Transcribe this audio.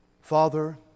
Father